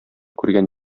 күргән